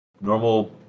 normal